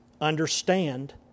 understand